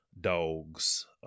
dogs